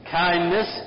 kindness